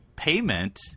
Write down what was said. payment